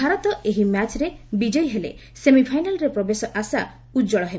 ଭାରତ ଏହି ମ୍ୟାଚ୍ରେ ବିଜୟୀ ହେଲେ ସେମିଫାଇନାଲ୍ରେ ପ୍ରବେଶ ଆଶା ଉଜ୍ଜଳ ହେବ